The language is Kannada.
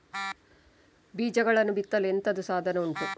ಬೀಜಗಳನ್ನು ಬಿತ್ತಲು ಎಂತದು ಸಾಧನ ಉಂಟು?